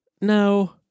No